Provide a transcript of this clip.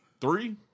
Three